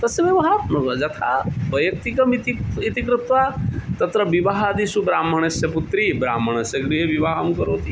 तस्य व्यवहारः यथा वैयक्तिकम् इति इति कृत्वा तत्र बविवाहादिषु ब्राह्मणस्य पुत्री ब्राह्मणस्य गृहे विवाहं करोति